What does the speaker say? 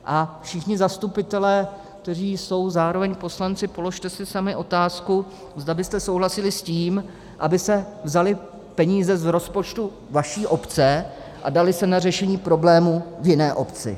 A všichni zastupitelé, kteří jsou zároveň poslanci, položte si sami otázku, zda byste souhlasili s tím, aby se vzaly peníze z rozpočtu vaší obce a daly se na řešení problémů v jiné obci.